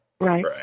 Right